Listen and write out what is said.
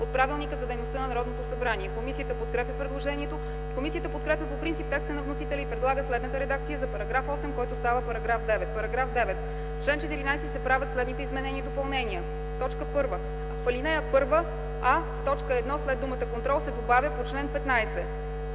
за организацията и дейността на Народното събрание. Комисията подкрепя предложението. Комисията подкрепя по принцип текста на вносителя и предлага следната редакция за § 8, който става § 9: „§ 9. В чл. 14 се правят следните изменения и допълнения: 1. В ал. 1: а) в т. 1 след думата „контрол” се добавя „по чл. 15”;